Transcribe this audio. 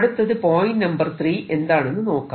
അടുത്തത് point number 3 എന്തെന്ന് നോക്കാം